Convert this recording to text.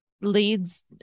leads